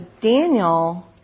Daniel